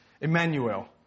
Emmanuel